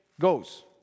goes